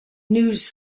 news